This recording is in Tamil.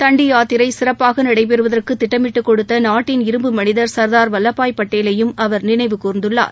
தண்டி யாத்திரையை சிறப்பாக நடைபெறுவதற்கு திட்டமிட்டுக் கொடுத்த நாட்டின் இரும்பு மனிதர் சர்தார் வல்லபாய் பட்டேலையும் அவர் நினைவுகூர்ந்துள்ளார்